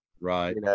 Right